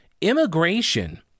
immigration